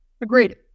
Agreed